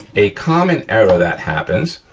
a common error that happens,